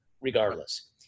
regardless